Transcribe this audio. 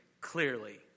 clearly